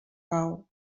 cau